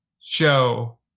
show